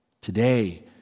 Today